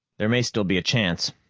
there may still be a chance,